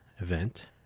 event